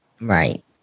Right